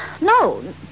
No